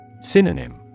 Synonym